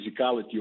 physicality